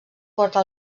porta